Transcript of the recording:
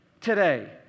today